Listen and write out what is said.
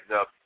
up